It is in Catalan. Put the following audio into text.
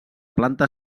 planta